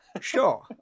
Sure